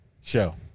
show